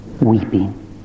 weeping